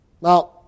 Now